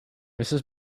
mrs